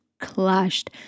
clashed